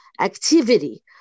activity